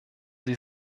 sie